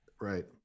Right